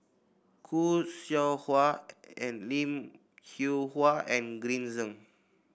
Khoo Seow Hwa Lim Hwee Hua and Green Zeng